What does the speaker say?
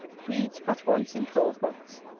breeds but once in twelve months.